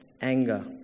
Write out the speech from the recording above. anger